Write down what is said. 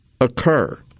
occur